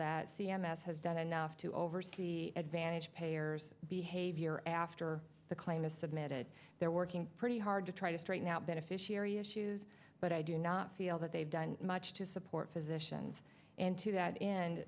that c m s has done enough to oversee advantage payers behavior after the claim is submitted they're working pretty hard to try to straighten out beneficiary issues but i do not feel that they've done much to support physicians and to that